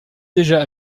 déjà